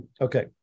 Okay